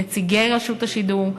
נציגי רשות השידור,